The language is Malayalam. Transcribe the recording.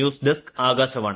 news desk Akashvani